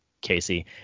Casey